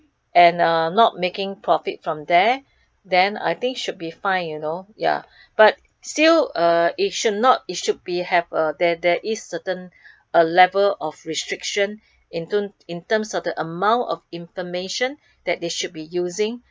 and uh not making profit from there then I think should be fine you know ya but still uh it should not it should be have uh there there is certain a level of restriction in ton~ in terms of amount of information that they should be using